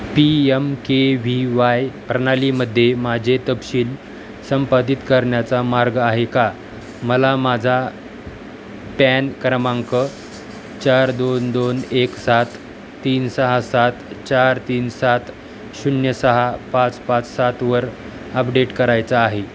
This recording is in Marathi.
P M K V Y प्रणालीमध्ये माझे तपशील संपादित करण्याचा मार्ग आहे का मला माझा पॅन क्रमांक चार दोन दोन एक सात तीन सहा सात चार तीन सात शून्य सहा पाच पाच सातवर अपडेट करायचा आहे